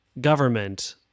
government